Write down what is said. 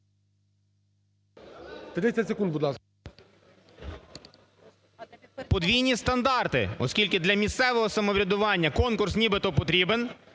…подвійні стандарти, оскільки для місцевого самоврядування конкурс нібито потрібен